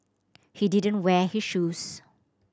he didn't wear his shoes